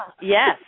Yes